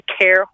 care